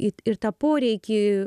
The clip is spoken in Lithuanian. ir tą poreikį